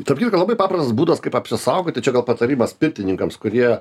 tarp kitko labai paprastas būdas kaip apsisaugoti čia gal patarimas pirtininkams kurie